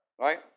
right